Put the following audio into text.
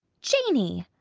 janey!